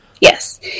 Yes